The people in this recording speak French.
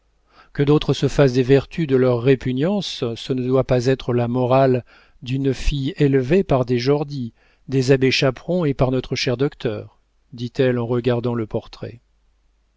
que d'autres se fassent des vertus de leurs répugnances ce ne doit pas être la morale d'une fille élevée par des jordy des abbé chaperon et par notre cher docteur dit-elle en regardant le portrait